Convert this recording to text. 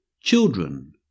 children